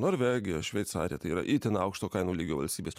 norvegija šveicarija tai yra itin aukšto kainų lygio valstybės